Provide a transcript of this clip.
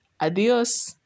Adios